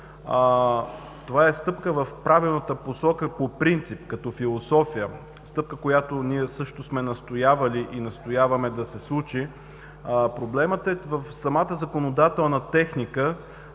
това е стъпка в правилната посока по принцип, като философия. Стъпка, която ние също сме настоявали и настояваме да се случи. Проблемът е в самата законодателна техника.